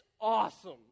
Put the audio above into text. awesome